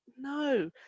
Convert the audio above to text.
no